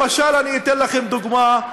למשל, אני אתן לכם דוגמה: